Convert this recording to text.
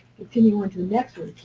continue on to the next one,